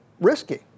risky